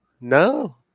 No